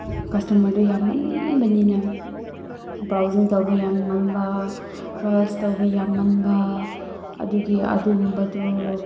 ꯀꯁꯇꯃꯔꯗꯨ ꯌꯥꯝꯃꯟꯕꯅꯤꯅ ꯕ꯭ꯔꯥꯎꯖꯤꯡ ꯇꯧꯕ ꯌꯥꯝꯃꯟꯕ ꯇ꯭ꯔꯥꯏꯌꯦꯜꯁ ꯇꯧꯕ ꯌꯥꯝꯃꯟꯕ ꯑꯗꯨꯒꯤ ꯑꯗꯨꯒꯨꯝꯕꯗꯣ